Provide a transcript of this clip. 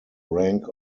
rank